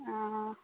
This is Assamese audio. অঁ